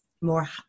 more